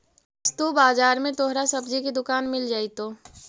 वस्तु बाजार में तोहरा सब्जी की दुकान मिल जाएतो